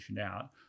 out